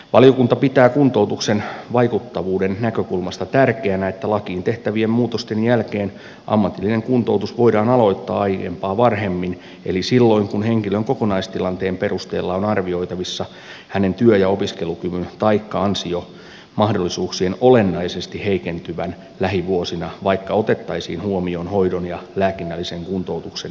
valiokunta pitää kuntoutuksen vaikuttavuuden näkökulmasta tärkeänä että lakiin tehtävien muutosten jälkeen ammatillinen kuntoutus voidaan aloittaa aiempaa varhemmin eli silloin kun henkilön kokonaistilanteen perusteella on arvioitavissa hänen työ tai opiskelukyvyn taikka ansiomahdollisuuksien olennaisesti heikentyvän lähivuosina vaikka otettaisiin huomioon hoidon ja lääkinnällisen kuntoutuksen mahdollisuudet